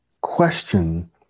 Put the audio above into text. question